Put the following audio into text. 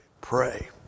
pray